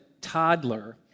toddler